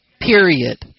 Period